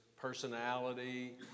personality